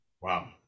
wow